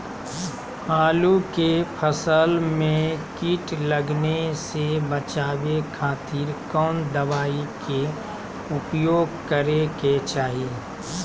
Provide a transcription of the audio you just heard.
आलू के फसल में कीट लगने से बचावे खातिर कौन दवाई के उपयोग करे के चाही?